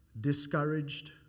discouraged